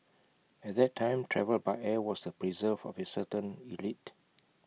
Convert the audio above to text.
at that time travel by air was the preserve of A certain elite